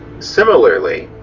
similarly,